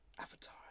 Avatar